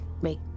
make